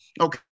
Okay